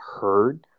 heard